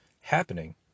happening